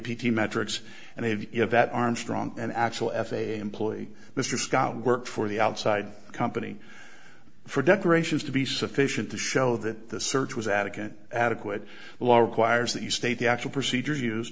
t metrics and have you have that armstrong an actual f a a employee mr scott worked for the outside company for decorations to be sufficient to show that the search was adequate adequate law requires that you state the actual procedures use